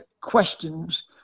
questions